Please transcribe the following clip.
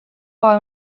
poi